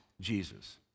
Jesus